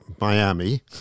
Miami